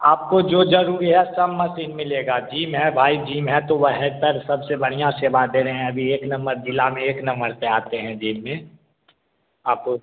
आपको जो ज़रूरी है सब मसीन मिलेगा जीम है भाई जीम है तो वहीं सर सबसे बढ़िया सेवा दे रहें अभी एक नम्मर ज़िले में एक नम्मर से आते हैं जिम में आपको